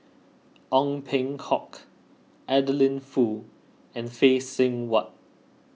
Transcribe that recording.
Ong Peng Hock Adeline Foo and Phay Seng Whatt